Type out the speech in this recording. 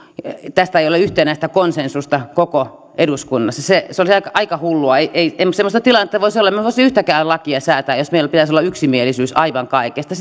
tästä ei ole yhtenäistä konsensusta koko eduskunnassa se se olisi aika aika hullua ei ei semmoista tilannetta voisi olla me emme voisi yhtäkään lakia säätää jos meillä pitäisi olla yksimielisyys aivan kaikesta